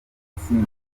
watsinze